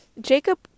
Jacob